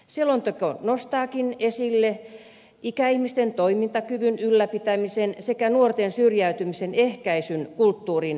selonteko nostaakin esille ikäihmisten toimintakyvyn ylläpitämisen sekä nuorten syrjäytymisen ehkäisyn kulttuurin avulla